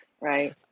right